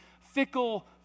fickle